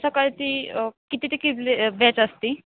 सकाळची किती ते किती बॅच असते